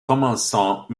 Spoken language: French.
commençant